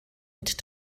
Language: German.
mit